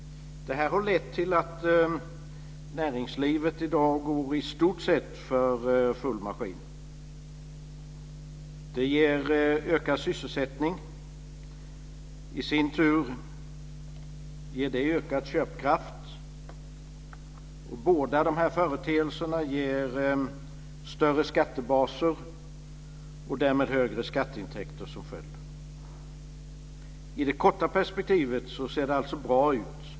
Detta har lett till att näringslivet i dag i stort sett går för full maskin. Detta ger ökad sysselsättning, som i sin tur ger ökad köpkraft. Båda dessa företeelser ger större skattebaser och därmed högre skatteintäkter. I det korta perspektivet ser det alltså bra ut.